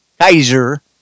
Kaiser